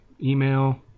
email